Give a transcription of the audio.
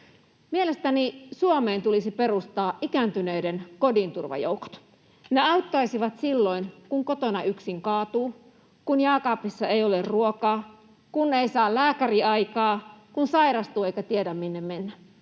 Mielestäni Suomeen tulisi perustaa ikääntyneiden kodinturvajoukot. Ne auttaisivat silloin, kun kotona yksin kaatuu, kun jääkaapissa ei ole ruokaa, kun ei saa lääkäriaikaa, kun sairastuu eikä tiedä, minne mennä,